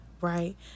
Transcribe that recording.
Right